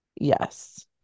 Yes